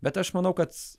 bet aš manau kad